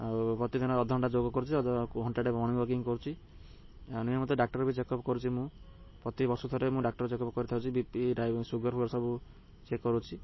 ଆଉ ପ୍ରତିଦିନ ଅଧଘଣ୍ଟା ଯୋଗ କରୁଛି ଅଧ ଘଣ୍ଟାଟେ ମର୍ଣ୍ଣିଂ ୱାକିଂ କରୁଛି ଆହୁରି ମୋତେ ଡାକ୍ଟର ବି ଚେକଅପ୍ କରୁଛି ମୁଁ ପ୍ରତି ବର୍ଷ ଥରେ ମୁଁ ଡାକ୍ଟର ଚେକଅପ କରିଥାଉି ବି ପି ଡାଇ ସୁଗର ଫୁଗର ସବୁ ଚେକ୍ କରୁଛି